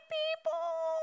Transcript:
people